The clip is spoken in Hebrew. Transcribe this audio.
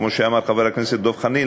כמו שאמר חבר הכנסת דב חנין,